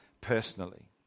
personally